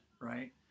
right